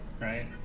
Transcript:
right